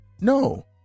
no